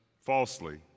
falsely